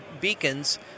beacons